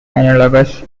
analogous